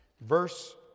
Verse